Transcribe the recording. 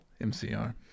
MCR